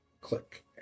click